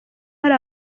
hari